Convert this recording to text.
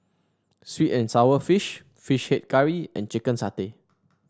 sweet and sour fish fish head curry and Chicken Satay